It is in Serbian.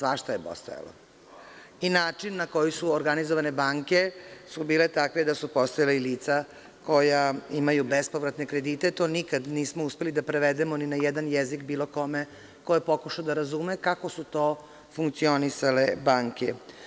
Svašta je postojalo, i način na koji su organizovane banke su bile takve da su postala lica koja imaju bespovratne kredite, a to nikada nismo uspeli da prevedemo ni na jedna jezik bilo kome ko je pokušao da razume, kako su to funkcionisale banke.